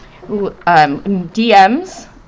DMs